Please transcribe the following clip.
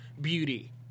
beauty